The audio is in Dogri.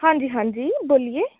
हां जी हां जी बोल्लो